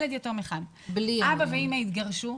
אבא ואימא התגרשו,